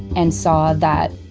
and saw that